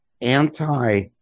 anti